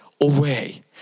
away